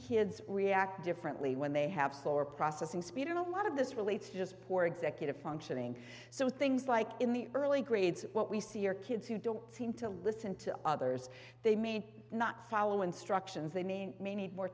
kids react differently when they have slower processing speed a lot of this relates just poor executive functioning so things like in the early grades what we see are kids who don't seem to listen to others they made not follow instructions they mean may need more